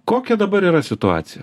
kokia dabar yra situacija